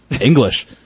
English